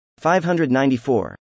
594